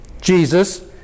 Jesus